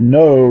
no